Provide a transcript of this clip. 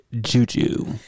juju